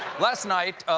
last night,